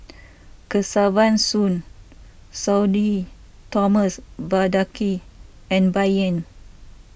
Kesavan Soon Sudhir Thomas Vadaketh and Bai Yan